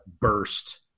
burst